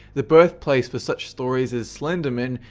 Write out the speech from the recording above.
the birth place for such stories as slenderman,